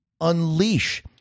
unleash